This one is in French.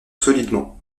solidement